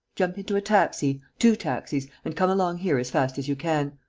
jump into a taxi, two taxis, and come along here as fast as you can.